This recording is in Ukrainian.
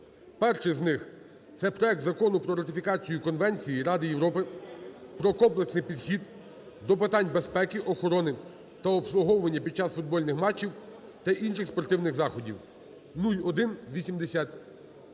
Перший з них – це проект Закону про ратифікацію Конвенції Ради Європи про комплексний підхід до питань безпеки, охорони та обслуговування під час футбольних матчів та інших спортивних заходів (0180).